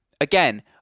Again